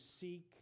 seek